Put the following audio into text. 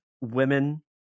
women